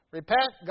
Repent